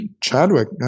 Chadwick